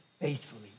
faithfully